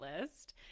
list